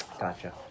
Gotcha